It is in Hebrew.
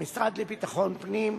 המשרד לביטחון פנים,